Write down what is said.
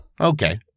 Okay